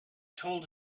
told